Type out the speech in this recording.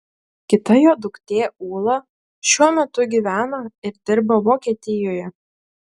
kita jo duktė ūla šiuo metu gyvena ir dirba vokietijoje